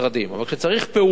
אבל כשצריך פעולות,